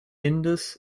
indus